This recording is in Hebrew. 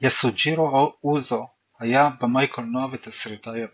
יסוג'ירו אוזו היה במאי קולנוע ותסריטאי יפני.